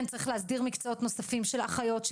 צריך להסדיר מקצועות נוספים של אחיות,